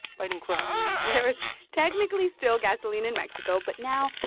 fighting crime there was technically still gasoline in mexico. but now,